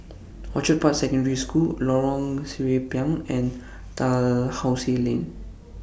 Orchid Park Secondary School Lorong Sireh Pinang and Dalhousie Lane